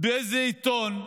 באיזה עיתון,